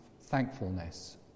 thankfulness